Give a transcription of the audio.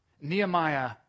Nehemiah